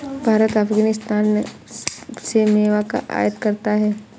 भारत अफगानिस्तान से मेवा का आयात करता है